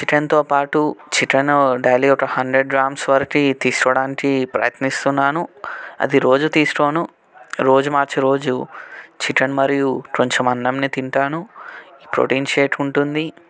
చికెన్తో పాటు chicken daily ఒక హండ్రెడ్ గ్రామ్స్ వరకు తీసుకోవడానికి ప్రయత్నిస్తున్నాను అది రోజు తీసుకోను రోజు మార్చి రోజు చికెన్ మరియు కొంచెం అన్నాన్ని తింటాను ఈ ప్రోటీన్ షేక్ ఉంటుంది